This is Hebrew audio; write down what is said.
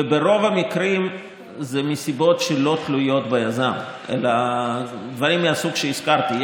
וברוב המקרים זה מסיבות שלא תלויות ביזם אלא דברים מהסוג שהזכרתי.